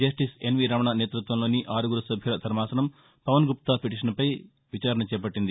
justice NV Ramana నేతృత్వంలోని ఆరుగురు సభ్యుల ధర్మాసనం పవన్ గుప్తా పిటీషన్పై విచారణ చేపట్లింది